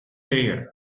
layer